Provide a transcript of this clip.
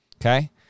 Okay